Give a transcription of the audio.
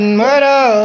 murder